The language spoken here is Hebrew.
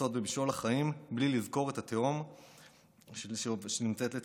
לצעוד במשעול החיים בלי לזכור את התהום שנמצאת לצידו.